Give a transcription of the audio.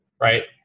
Right